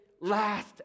last